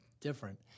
different